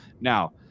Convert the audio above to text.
Now